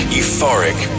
euphoric